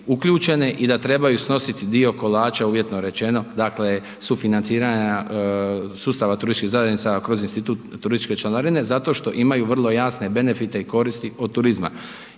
uključene i da trebaju snositi dio kolača, uvjetno rečeno, dakle, sufinanciranja sustava turističkih zajednica kroz institut turističke članarine zato što imaju vrlo jasne benefite i koristi od turizma.